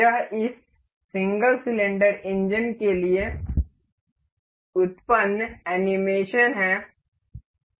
यह इस single cylinder engine के लिए उत्पन्न एनीमेशन है